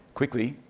quickly,